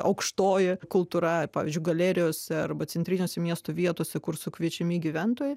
aukštoji kultūra pavyzdžiui galerijose arba centrinėse miestų vietose kur sukviečiami gyventojai